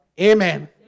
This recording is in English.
Amen